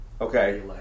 Okay